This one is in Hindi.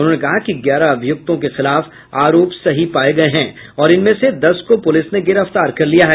उन्होंने कहा कि ग्यारह अभियुक्तों के खिलाफ आरोप सही पाये गए हैं और इनमें से दस को पुलिस ने गिरफ्तार कर लिया है